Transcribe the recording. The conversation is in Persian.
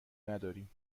نداریم